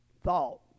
thought